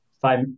five